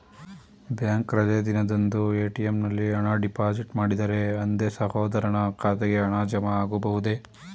Bank ರಜೆ ದಿನದಂದು ATM ನಲ್ಲಿ ಹಣ ಡಿಪಾಸಿಟ್ ಮಾಡಿದರೆ ಅಂದೇ ಸಹೋದರನ ಖಾತೆಗೆ ಹಣ ಜಮಾ ಆಗಬಹುದೇ?